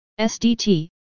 SDT